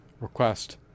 request